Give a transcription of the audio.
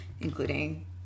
including